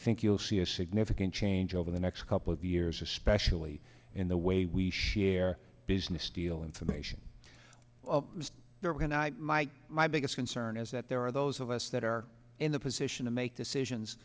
think you'll see a significant change over the next couple of years especially in the way we share business steal information is there when i might my biggest concern is that there are those of us that are in the position to make decisions